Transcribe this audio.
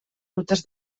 rutes